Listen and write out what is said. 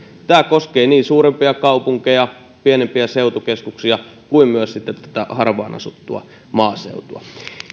tämä koskee niin suurempia kaupunkeja pienempiä seutukeskuksia kuin myös sitten tätä harvaan asuttua maaseutua